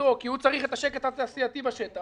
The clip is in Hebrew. מבחינתו כי הוא צריך את השקט התעשייתי בשטח.